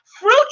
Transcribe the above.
fruit